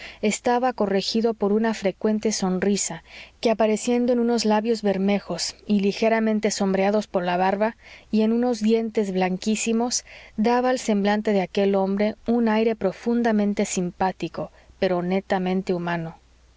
estaba corregido por una frecuente sonrisa que apareciendo en unos labios bermejos y ligeramente sombreados por la barba y en unos dientes blanquísimos daba al semblante de aquel hombre un aire profundamente simpático pero netamente humano